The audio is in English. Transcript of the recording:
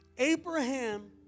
Abraham